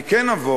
אני כן אבוא,